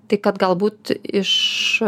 tai kad galbūt iš